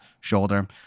shoulder